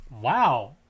Wow